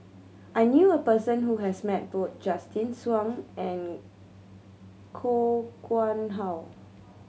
I knew a person who has met both Justin Suang and Koh Kuang How